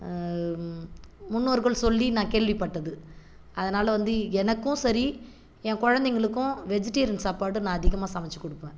முன்னோர்கள் சொல்லி நான் கேள்விப்பட்டது அதனால் வந்து எனக்கும் சரி என் குழந்தைங்களுக்கும் வெஜிடேரியன் சாப்பாடு நான் அதிகமாக சமைச்சு கொடுப்பேன்